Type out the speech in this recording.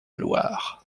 loire